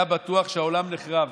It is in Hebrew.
הוא היה בטוח שהעולם נחרב,